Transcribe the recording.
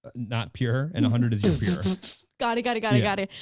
not pure and a hundred is your pure. got it, got it, got it, got it.